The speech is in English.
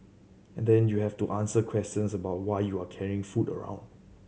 and then you have to answer questions about why you are carrying food around